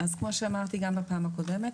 כמו שאמרתי גם בפעם הקודמת,